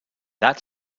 that